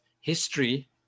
history